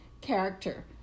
character